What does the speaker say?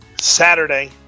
Saturday